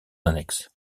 annexe